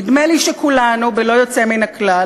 נדמה לי שכולנו בלא יוצא מן הכלל,